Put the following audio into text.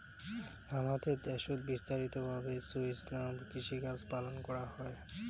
হামাদের দ্যাশোত বিস্তারিত ভাবে সুস্টাইনাবল কৃষিকাজ পালন করাঙ হই